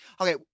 Okay